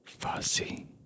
Fuzzy